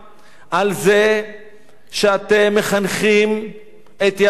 על זה שאתם מחנכים את ילדיכם